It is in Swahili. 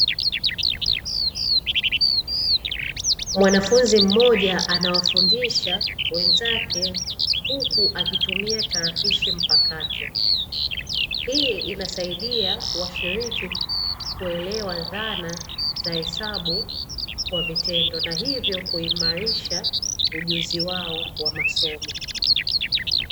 Mwanafunzi mmoja anawafundisha wenzake huku akitumia tarakishi mpakato, hii inasaidia washiriki kuelewa dhana za hesabu kwa vitendo na hivyo kuimarisha ujuzi wao wa masomo.